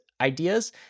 ideas